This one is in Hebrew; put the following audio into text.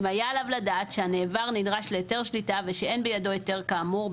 אם היה עליו לדעת שהנעבר נדרש להיתר שליטה ושאין בידו היתר כאמור,